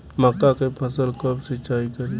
मका के फ़सल कब सिंचाई करी?